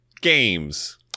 games